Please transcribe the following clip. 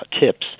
tips